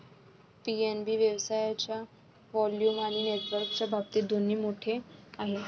PNB व्यवसायाच्या volume आणि नेटवर्कच्या बाबतीत दोन्ही मोठे आहे